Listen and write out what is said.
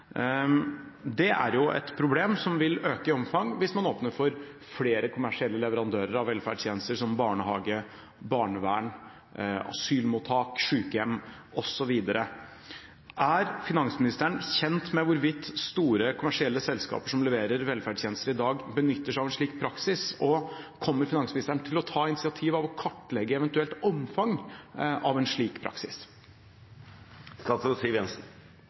omfang hvis man åpner for flere kommersielle leverandører av velferdstjenester, som barnehage, barnevern, asylmottak, sykehjem osv. Er finansministeren kjent med hvorvidt store kommersielle selskaper som leverer velferdstjenester i dag, benytter seg av en slik praksis? Og kommer finansministeren til å ta initiativ til å kartlegge et eventuelt omfang av en slik praksis?